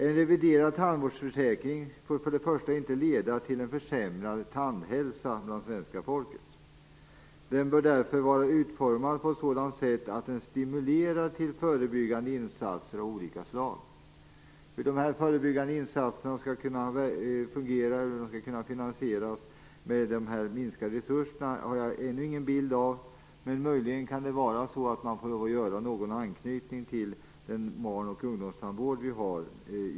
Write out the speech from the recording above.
En reviderad tandvårdsförsäkring bör till att börja med inte leda till en försämrad tandhälsa bland det svenska folket. Försäkringen bör därför vara utformad på ett sådant sätt att den stimulerar till förebyggande insatser av olika slag. Hur dessa förebyggande insatser skall kunna finansieras med de minskade resurserna har jag ännu ingen klar bild av. Möjligen får man lov att göra en anknytning till barn och ungdomstandvården.